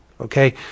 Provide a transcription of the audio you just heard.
Okay